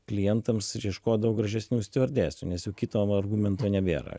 klientams ieškodavo gražesnių stiuardesių nes jau kito argumento nebėra